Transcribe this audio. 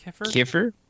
kefir